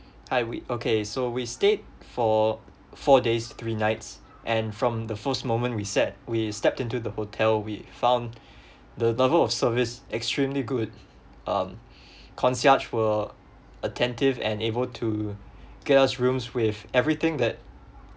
hi we okay so we stayed for four days three nights and from the first moment we set we stepped into the hotel we found the level of service extremely good um concierge were attentive and able to give us rooms with everything that